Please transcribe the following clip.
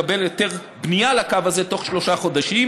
לקבל היתר בנייה לקו הזה בתוך שלושה חודשים,